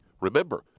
Remember